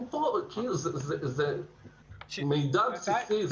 זה מידע בסיסי.